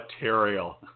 material